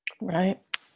Right